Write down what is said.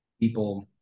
people –